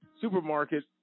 supermarket